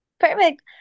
Perfect